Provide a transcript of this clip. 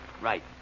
Right